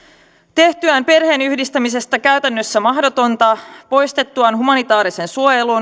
tehtyään perheenyhdistämisestä käytännössä mahdotonta ja poistettuaan humanitaarisen suojelun